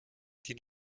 die